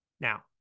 Now